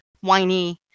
whiny